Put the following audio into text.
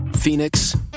Phoenix